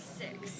six